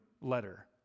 letter